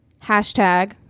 hashtag